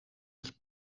het